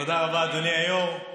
אדוני היו"ר.